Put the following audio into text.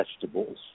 vegetables